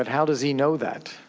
but how does he know that?